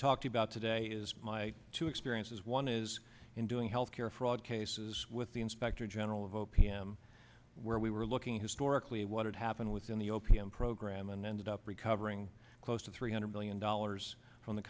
talk about today is my two experiences one is in doing health care fraud cases with the inspector general of o p m where we were looking historically what had happened within the o p m program and ended up recovering close to three hundred billion dollars from the